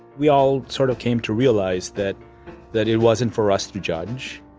we all sort of came to realize that that it wasn't for us to judge.